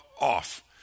off